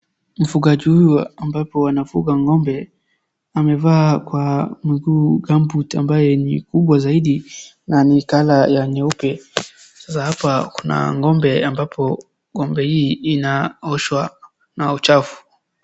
Mfugaji huyu ambapo anafuga ng'ombe, amevaa kwa miguu gumboot ambayo ni kubwa zaidi na ni colour ya nyeupe, sasa hapa kuna ng'ombe ambapo ng'ombe hii inaoshwa na uchafu.